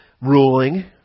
ruling